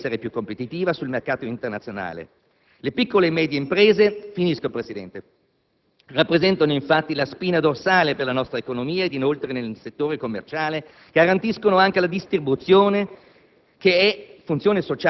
L'Italia deve essere più competitiva sul mercato internazionale. Le piccole e medie imprese rappresentano infatti la spina dorsale della nostra economia e inoltre nel settore commerciale garantiscono anche la distribuzione